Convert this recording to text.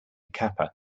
kappa